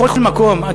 בכל מקום בעולם,